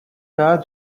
cas